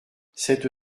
cette